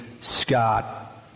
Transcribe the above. Scott